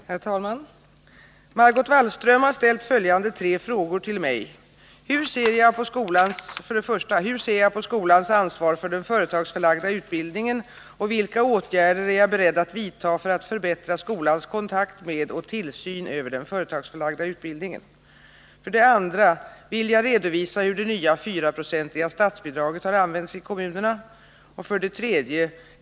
69, och anförde: Om den företags Herr talman! Margot Wallström har ställt följande tre frågor till mig: förlagda gymna 1. Hurser jag på skolans ansvar för den företagsförlagda utbildningen och sieutbildningen vilka åtgärder är jag beredd att vidta för att förbättra skolans kontakt med och tillsyn över den företagsförlagda utbildningen? 2. Vill jag redovisa hur det nya 4-procentiga statsbidraget har använts i kommunerna? 3.